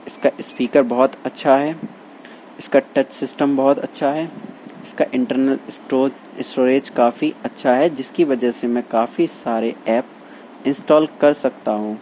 اس کا اسپیکر بہت اچھا ہے اس کا ٹچ سسٹم بہت اچھا ہے اس کا انٹرنل اسٹوریج کافی اچھا ہے جس کی وجہ سے میں کافی سارے ایپ انسٹال کر سکتا ہوں